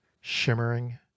shimmering